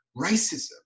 racism